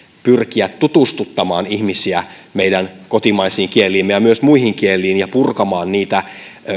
pyrkiä tutustuttamaan ihmisiä meidän kotimaisiin kieliimme ja myös muihin kieliin ja purkamaan niitä